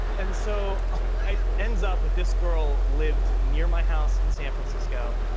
and so it ends up that this girl lived near my house in san francisco.